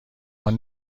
آدم